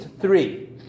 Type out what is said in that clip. three